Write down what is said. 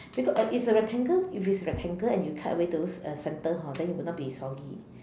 because uh it's a rectangle if it is rectangle and you cut away those centre hor then it would not be soggy